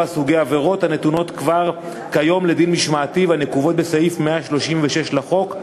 סוגי עבירות הנתונות כבר כיום לדין משמעתי והנקובות בסעיף 136 לחוק,